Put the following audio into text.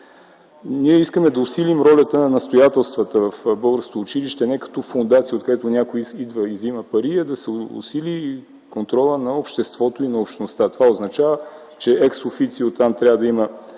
ние искаме да усилим ролята на обстоятелствата в българското училище – не като фондация, откъдето някой идва и взима пари, а да се усили контролът на обществото и на общността. Това означава, че екс официо да има